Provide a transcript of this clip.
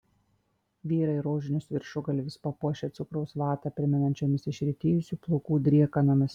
vyrai rožinius viršugalvius papuošę cukraus vatą primenančiomis išretėjusių plaukų driekanomis